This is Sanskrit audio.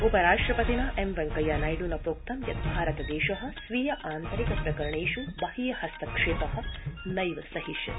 उपराष्ट्रपतिना एम वैंकैया नायडुना प्रोक्त यत् भारतदेश स्वीयान्तरिक प्रकरणेषु बाह्य हस्तक्षेप नैव सहिष्यति